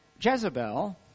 Jezebel